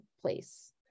place